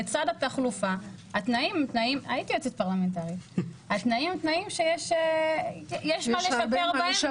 לצד התחלופה התנאים הם תנאים שיש מה לשפר בהם,